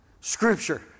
scripture